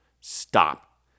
Stop